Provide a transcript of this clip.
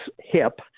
hip